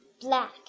Black